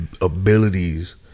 abilities